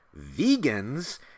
vegans